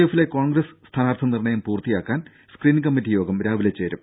എഫിലെ കോൺഗ്രസ് സ്ഥാനാർത്ഥി നിർണയം പൂർത്തിയാക്കാൻ സ്ക്രീനിങ് കമ്മറ്റിയോഗം രാവിലെ ചേരും